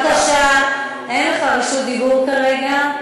בבקשה, אין לך רשות דיבור כרגע.